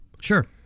Sure